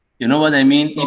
you know what i mean?